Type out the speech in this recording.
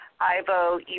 Ivo